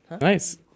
Nice